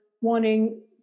wanting